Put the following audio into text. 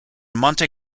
monte